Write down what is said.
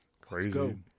Crazy